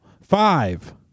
Five